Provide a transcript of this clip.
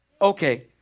Okay